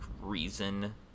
reason